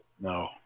No